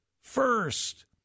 first